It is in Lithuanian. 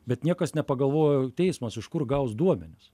bet niekas nepagalvojo teismas iš kur gaus duomenis